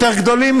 יותר גדולים?